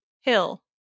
Hill